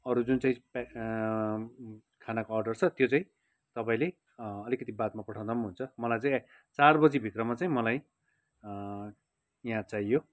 अरू जुन चाहिँ खानाको अर्डर छ त्यो चाहिँ तपाईँले अलिकति बादमा पठाउँदा पनि हुन्छ मलाई चाहिँ चार बजीभित्रमा चाहिँ मलाई यहाँ चाहियो